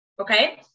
Okay